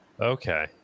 Okay